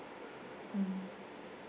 mm